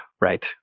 right